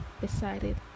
decided